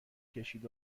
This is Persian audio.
کشید